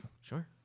Sure